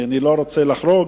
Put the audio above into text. אני לא רוצה לחרוג,